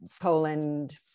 Poland